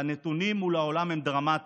והנתונים מול העולם הם דרמטיים.